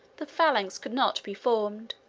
the phalanx could not be formed,